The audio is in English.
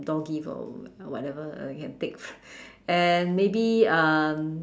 door-gift or whatever uh can take and maybe um